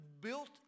built